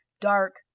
dark